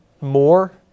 more